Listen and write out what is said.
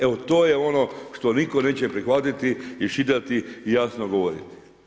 Evo to je ono što nitko neće prihvatiti, iščitati i jasno govoriti.